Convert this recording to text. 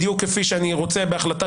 בדיוק כפי שאני רוצה בהחלטה,